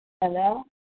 Hello